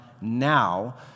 now